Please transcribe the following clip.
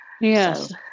Yes